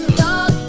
dog